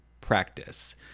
practice